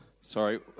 sorry